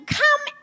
come